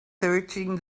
searching